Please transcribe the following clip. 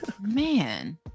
man